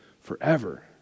forever